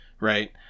right